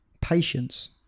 patience